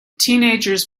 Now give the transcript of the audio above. teenagers